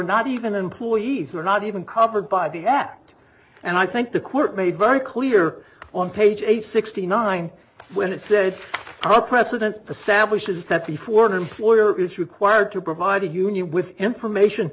not even employees are not even covered by the act and i think the court made very clear on page eight sixty nine when it said the precedent established is that before an employer is required to provide a union with information